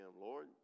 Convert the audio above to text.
Lord